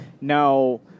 Now